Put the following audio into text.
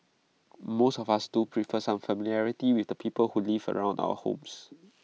most of us do prefer some familiarity with the people who live around our homes